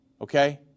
Okay